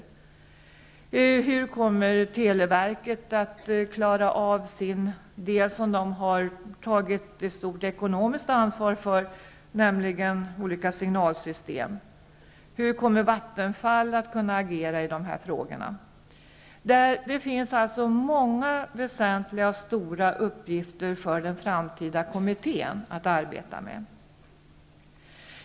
Hur kommer televerket att klara av den del som man har tagit ett stort ekonomiskt ansvar för, nämligen olika signalsystem? Hur kommer Vattenfall att kunna agera i dessa frågor? Det finns alltså många väsentliga och stora uppgifter för den framtida kommittén att arbeta med.